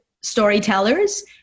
storytellers